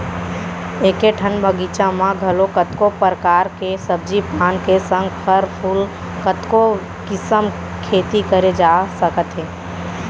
एके ठन बगीचा म घलौ कतको परकार के सब्जी पान के संग फर फूल के कतको किसम के खेती करे जा सकत हे